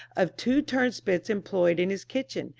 of two turnspits employed in his kitchen,